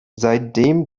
seitdem